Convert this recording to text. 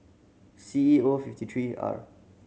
C E O fifty three R